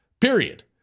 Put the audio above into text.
period